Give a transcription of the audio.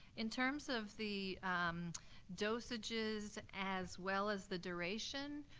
in terms of the dosages as well as the duration,